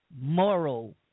moral